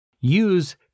use